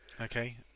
Okay